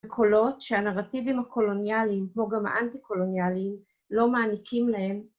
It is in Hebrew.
קולות שהנרטיבים הקולוניאליים, כמו גם האנטי-קולוניאליים, לא מעניקים להם.